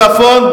צפון,